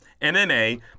MMA